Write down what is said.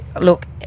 look